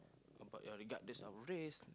about your regardless our race